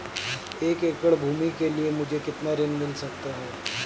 एक एकड़ भूमि के लिए मुझे कितना ऋण मिल सकता है?